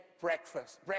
breakfast